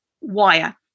wire